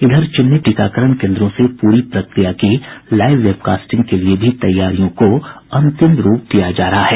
इधर चिन्हित टीकाकरण केन्द्रों से पूरी प्रक्रिया की लाईव वेबकास्टिंग के लिए भी तैयारियों को अंतिम रूप दिया जा रहा है